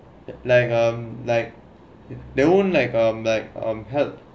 like um like their own like um help